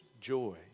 joy